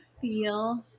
feel